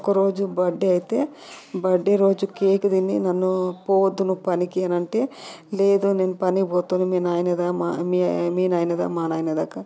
ఒకరోజు బర్త్డే అయితే బర్త్డే రోజు కేక్ తిని నన్ను పోవద్దును పనికి అని అంటే లేదు నేను పని పోతుని మీ నాయనదా మా మీ మీ నాయనదా మా నాయన లేక